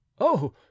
Oh